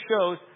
shows